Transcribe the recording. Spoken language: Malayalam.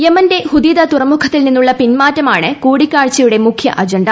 യെമന്റെ ഹുദീദ തുറമുഖത്തിൽ നിന്നുള്ള പിന്മാറ്റമാണ് കൂടി ക്കാഴ്ചയുടെ മുഖ്യ അജണ്ട